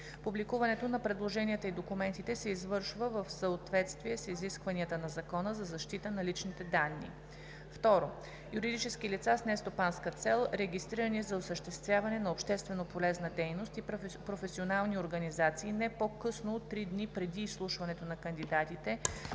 Публикуването на предложенията и документите се извършва в съответствие с изискванията на Закона за защита на личните данни. 2. Юридически лица с нестопанска цел, регистрирани за осъществяване на общественополезна дейност и професионални организации, не по-късно от три дни преди изслушването на кандидатите,